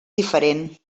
diferent